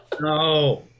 no